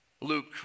Luke